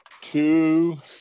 two